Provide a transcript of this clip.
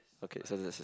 okay so that's the same